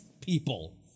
people